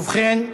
ובכן,